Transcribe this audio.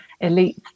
elite